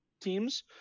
teams